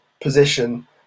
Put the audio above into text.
position